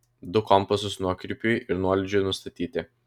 du kompasus nuokrypiui ir nuolydžiui nustatyti